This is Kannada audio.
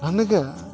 ನನಗೆ